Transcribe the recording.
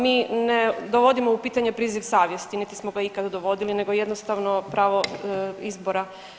Mi ne dovodimo u pitanje priziv savjesti niti smo ga ikad dovodili nego jednostavno pravo izbora.